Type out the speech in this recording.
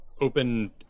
open